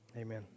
amen